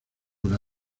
una